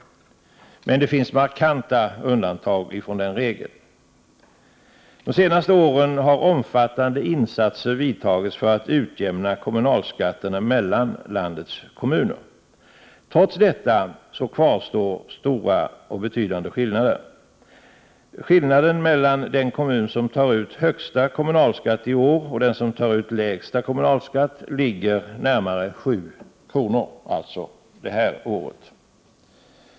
Men det finns markanta undantag från den regeln. De senaste åren har omfattande insatser gjorts för att utjämna kommunalskatterna mellan landets kommuner. Trots detta kvarstår stora och betydan de skillnader. Skillnaden mellan den kommun som tar ut högst kommunalskatt och den som tar ut lägst kommunalskatt ligger i år närmare 7 kr.